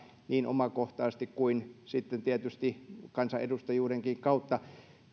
niin omakohtaisesti kuin sitten tietysti kansanedustajuudenkin kautta